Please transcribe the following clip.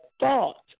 thought